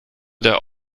der